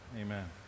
Amen